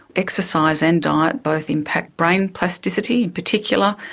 exercise and diet both impact brain plasticity in particular,